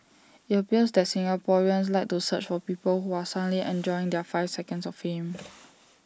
IT appears that Singaporeans like to search for people who are suddenly enjoying their five seconds of fame